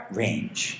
range